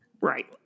Right